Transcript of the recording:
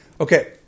Okay